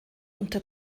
unter